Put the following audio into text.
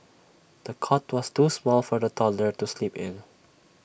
the cot was too small for the toddler to sleep in